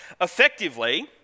Effectively